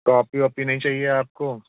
copy ऑपी नहीं चाहिए आपको